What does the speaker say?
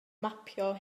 mapio